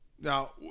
Now